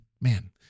man